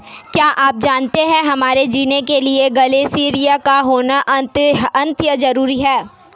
क्या आप जानते है हमारे जीने के लिए ग्लेश्यिर का होना अत्यंत ज़रूरी है?